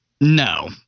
No